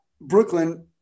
brooklyn